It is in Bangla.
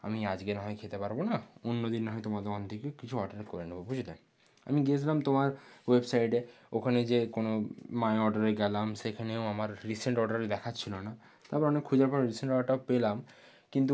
আমি আজকে নাহয় খেতে পারবো না অন্য দিন নাহয় তোমার দোকান থেকে কিছু অর্ডার করে নেবো বুঝলে আমি গেছিলাম তোমার ওয়েবসাইটে ওখানে যেয়ে কোনও মাই অর্ডারে গেলাম সেখানেও আমার রিসেন্ট অর্ডারে দেখাচ্ছিলো না তারপর অনেক খোঁজার পর রিসেন্ট অর্ডারটা পেলাম কিন্তু